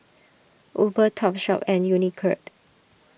Uber Topshop and Unicurd